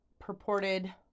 purported